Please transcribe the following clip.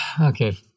Okay